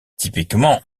typiquement